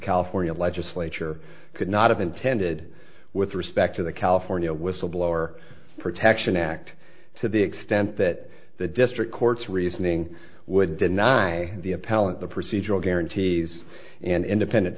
california legislature could not have intended with respect to the california whistleblower protection act to the extent that the district court's reasoning would deny the appellant the procedural guarantees an independent